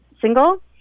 single